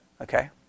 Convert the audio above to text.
Okay